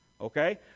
Okay